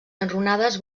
enrunades